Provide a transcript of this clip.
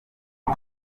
est